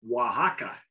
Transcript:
Oaxaca